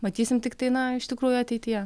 matysim tiktai na iš tikrųjų ateityje